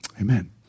Amen